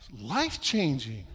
Life-changing